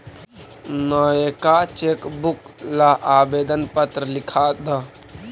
नएका चेकबुक ला आवेदन पत्र लिखा द